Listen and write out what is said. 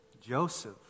Joseph